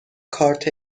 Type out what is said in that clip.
کارت